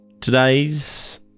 today's